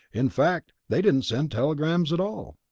in fact, they didn't send telegrams at all.